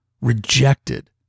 rejected